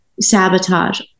sabotage